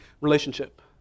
relationship